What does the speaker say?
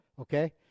Okay